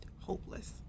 hopeless